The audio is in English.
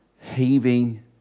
heaving